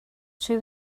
trwy